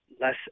less